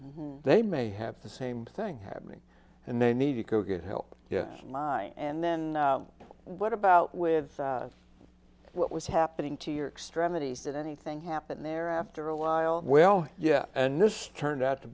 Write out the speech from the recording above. sequence they may have the same thing happening and they need to go get help yes mine and then what about with what was happening to your extremities that anything happened there after a while well yeah and this turned out to